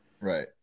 Right